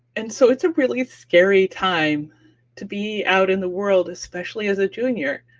and so it's a really scary time to be out in the world, especially as a junior,